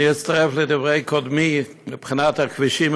אני אצטרף לדברי קודמי מבחינת הכבישים,